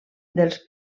dels